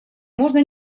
можно